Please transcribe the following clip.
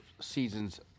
season's